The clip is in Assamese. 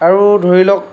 আৰু ধৰিলওক